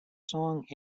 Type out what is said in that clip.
song